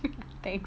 thank